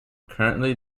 currently